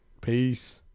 Peace